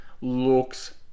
looks